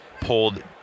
pulled